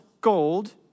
gold